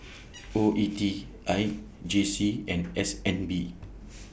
O E T I J C and S N B